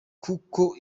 kuko